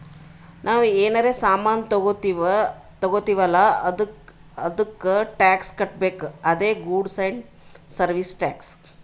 ನಾವ್ ಏನರೇ ಸಾಮಾನ್ ತಗೊತ್ತಿವ್ ಅಲ್ಲ ಅದ್ದುಕ್ ಟ್ಯಾಕ್ಸ್ ಕಟ್ಬೇಕ್ ಅದೇ ಗೂಡ್ಸ್ ಆ್ಯಂಡ್ ಸರ್ವೀಸ್ ಟ್ಯಾಕ್ಸ್